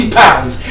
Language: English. pounds